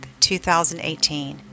2018